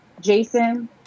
Jason